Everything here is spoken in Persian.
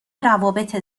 روابط